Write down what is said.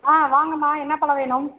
ஆ வாங்கம்மா என்ன பழம் வேணும்